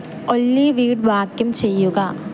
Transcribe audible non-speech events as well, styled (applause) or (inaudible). (unintelligible) വീട് വാക്യൂം ചെയ്യുക